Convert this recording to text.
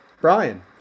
Brian